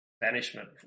banishment